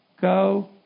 go